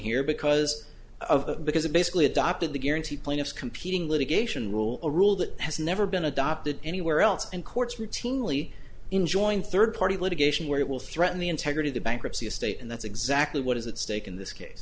here because of because it basically adopted the guarantee plaintiff's competing litigation rule a rule that has never been adopted anywhere else and courts routinely enjoying third party litigation where it will threaten the integrity of the bankruptcy estate and that's exactly what is at stake in this case